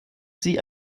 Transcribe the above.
sie